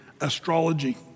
astrology